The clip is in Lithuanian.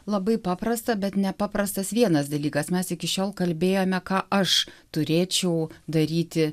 labai paprasta bet nepaprastas vienas dalykas mes iki šiol kalbėjome ką aš turėčiau daryti